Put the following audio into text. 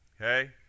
okay